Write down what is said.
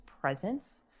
presence